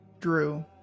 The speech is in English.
Drew